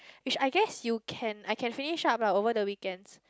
which I guess you can I can finish up lah over the weekends